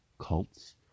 cults